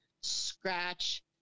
Scratch